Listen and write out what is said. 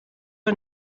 ein